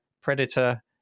Predator